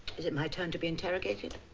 is it my turn to be interrogated?